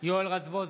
יואל רזבוזוב,